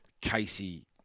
Casey